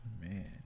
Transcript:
Man